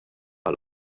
għal